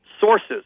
sources